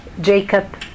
Jacob